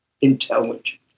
intelligent